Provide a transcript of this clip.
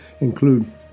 include